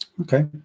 okay